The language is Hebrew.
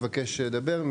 מבקש לדבר,